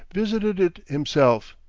visited it himself,